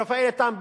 רפאל איתן,